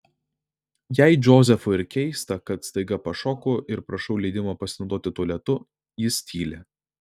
jei džozefui ir keista kad staiga pašoku ir prašau leidimo pasinaudoti tualetu jis tyli